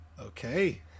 Okay